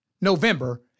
November